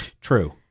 True